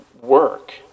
work